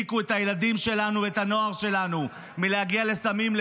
שהחזיק את הילדים שלנו ואת הנוער שלנו מלהגיע לסמים,